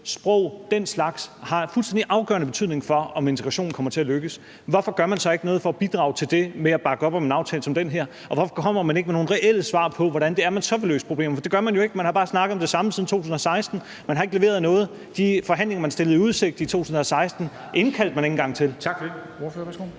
sprog – den slags – har fuldstændig afgørende betydning for, om integrationen kommer til at lykkes. Hvorfor gør man så ikke noget for at bidrage til det ved at bakke op om en aftale som den her? Og hvorfor kommer man ikke med nogle reelle svar på, hvordan det er, man så vil løse problemerne? For det gør man jo ikke. Man har bare snakket om det samme siden 2016. Man har ikke leveret noget. De forhandlinger, man stillede i udsigt i 2016, indkaldte man ikke engang til. Kl.